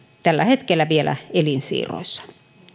tällä hetkellä elinsiirroissa